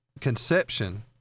Conception